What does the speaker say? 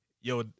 yo